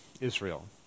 Israel